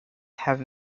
have